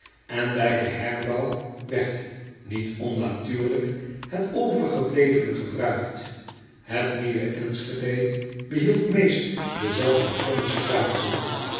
en bij den herbouw werd niet onnatuurlijk het overgeblevene gebruikt et nieuwe nschede behield meest dezelfde kromme straten